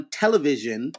television